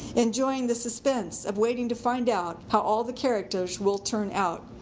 enjoying the suspense of waiting to find out how all the characters will turn out.